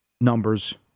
numbers